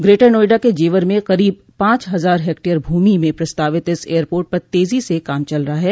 greater Noida के जेवर में करीब पांच हजार हेक्टेयर मे ंप्रस्तावित इस एयरपोर्ट पर तेजी से काम चल रहा है